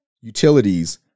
utilities